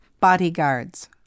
bodyguards